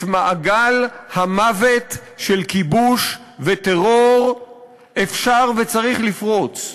את מעגל המוות של כיבוש וטרור אפשר וצריך לפרוץ,